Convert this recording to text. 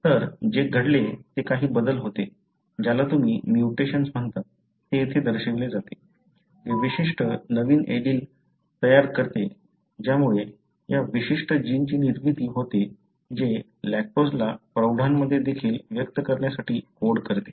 तर जे घडले ते काही बदल होते ज्याला तुम्ही म्युटेशन्स म्हणता ते येथे दर्शविले जाते जे विशिष्ट नवीन एलील तयार करते ज्यामुळे या विशिष्ट जीनची निर्मिती होते जे लॅक्टोजला प्रौढांमध्ये देखील व्यक्त करण्यासाठी कोड करते